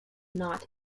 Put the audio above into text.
not